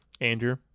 andrew